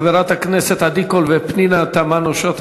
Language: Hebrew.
חברות הכנסת עדי קול ופנינה תמנו-שטה,